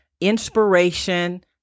inspiration